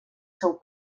seu